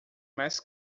mais